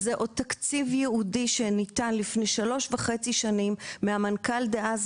זה תקציב ייעודי שניתן לפני שלוש וחצי שנים מהמנכ"ל דאז,